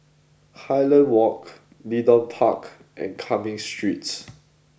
Highland Walk Leedon Park and Cumming Street